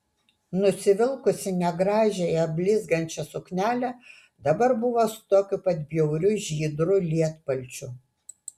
nusivilkusi negražiąją blizgančią suknelę dabar buvo su tokiu pat bjauriu žydru lietpalčiu